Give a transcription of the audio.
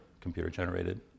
computer-generated